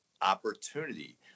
opportunity